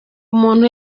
umuntu